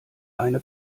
eine